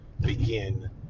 begin